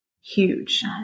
huge